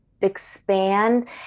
expand